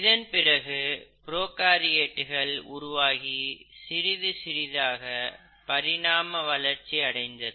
இதன்பிறகு புரோகாரியேட்டுகள் உருவாகி சிறிது சிறிதாக பரிணாமம் வளர்ச்சி அடைந்தது